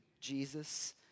Jesus